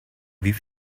wie